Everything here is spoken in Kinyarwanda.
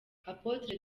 apotre